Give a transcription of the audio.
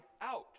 out